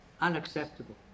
Unacceptable